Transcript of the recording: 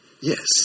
yes